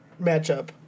matchup